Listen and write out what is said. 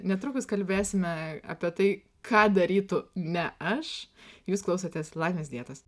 netrukus kalbėsime apie tai ką darytų ne aš jūs klausotės laimės dietos